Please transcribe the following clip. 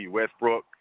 Westbrook